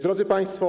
Drodzy Państwo!